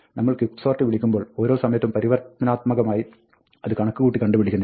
നമ്മൾ Quicksort വിളിക്കുമ്പോൾ ഓരോ സമയത്തും പരിവർത്തനാത്മകമായി അത് കണക്ക് കൂട്ടി കണ്ടുപിടിക്കുന്നില്ല